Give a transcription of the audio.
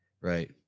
Right